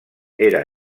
era